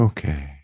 Okay